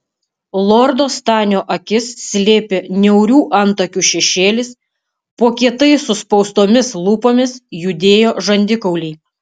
lordo stanio akis slėpė niaurių antakių šešėlis po kietai suspaustomis lūpomis judėjo žandikauliai